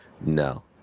No